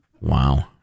Wow